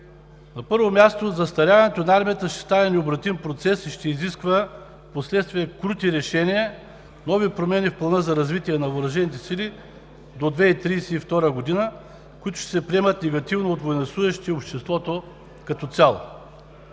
На първо място, застаряването на армията ще стане необратим процес и ще изисква впоследствие крути решения, нови промени в плана за развитие на въоръжените сили до 2032 г., които ще се приемат негативно от военнослужещите и обществото като цяло.